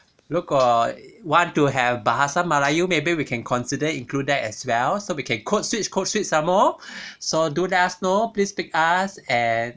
如果 want to have bahasa melayu maybe we can consider include that as well so we can code switch code switch somemore so do let us know please pick us and